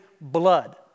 blood